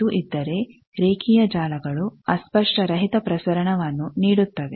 ಇದು ಇದ್ದರೆ ರೇಖೀಯ ಜಾಲಗಳು ಅಸ್ಪಷ್ಟ ರಹಿತ ಪ್ರಸರಣವನ್ನು ನೀಡುತ್ತವೆ